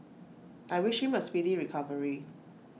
I wish him A speedy recovery